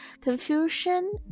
Confusion